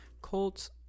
Colts